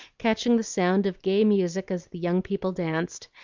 catching the sound of gay music as the young people danced,